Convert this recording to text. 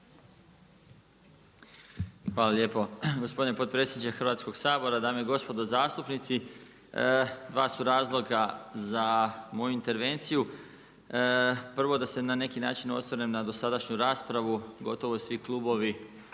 Hvala lijepo gospodin potpredsjedniče Hrvatskog sabora. Dame, gospodo zastupnici, 2 su razloga za moju intervenciju. Prvo da se na neki način osvrnem na dosadašnju raspravu, gotovo svi klubovi